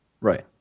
right